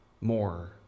more